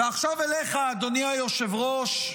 ועכשיו אליך, אדוני היושב-ראש,